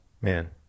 man